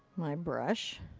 my brush.